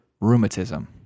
Rheumatism